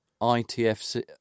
itfc